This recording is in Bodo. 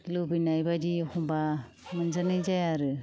लुबैनाय बायदि एखनबा मोनजानाय जाया आरो